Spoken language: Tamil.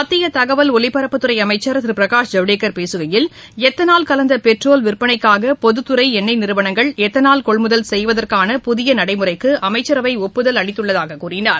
மத்திய தகவல் ஒலிபரப்புத்துறை அமைச்சர் திரு பிரகாஷ் ஜவடேகர் பேசுகையில் எத்தனால் கலந்த பெட்ரோல் விற்பனைக்காக பொதுத்துறை எண்ணெய் நிறுவனங்கள் எத்தனால் கொள்முதல் செய்வதற்கான புதிய நடைமுறைக்கு அமைச்சரவை ஒப்புதல் அளித்துள்ளதாக கூறினார்